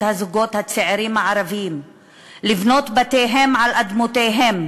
למען זכות הזוגות הצעירים הערבים לבנות את בתיהם על אדמותיהם,